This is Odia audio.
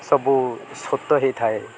ସବୁ ସ୍ରୋତ ହେଇଥାଏ